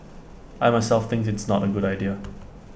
I myself think it's not A good idea